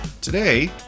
Today